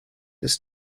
ist